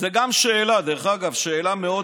זאת גם שאלה, דרך אגב, שאלה מאוד,